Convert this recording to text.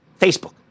Facebook